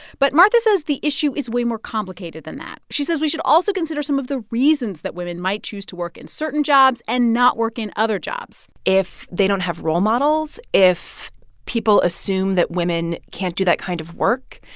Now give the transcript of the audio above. but martha says the issue is way more complicated than that. she says we should also consider some of the reasons that women might choose to work in certain jobs and not work in other jobs if they don't have role models, if people assume that women can't do that kind of work,